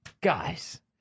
guys